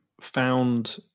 found